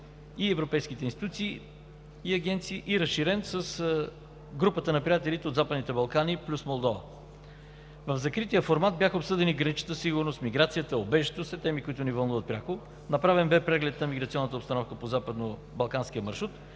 и европейските институции и агенции, и разширен с групата на приятелите от Западните Балкани и Молдова. В закрития формат бях обсъдени граничната сигурност, миграцията и убежището, теми, които ни вълнуват пряко. Направен бе преглед на миграционната обстановка по Западнобалканския маршрут